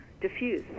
diffuse